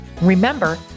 Remember